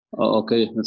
Okay